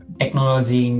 technology